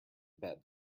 bed